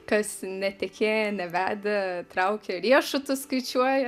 kas netekėję nevedę traukia riešutus skaičiuoja